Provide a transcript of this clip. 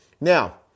Now